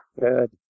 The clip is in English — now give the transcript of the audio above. Good